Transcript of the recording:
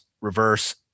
reverse